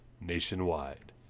nationwide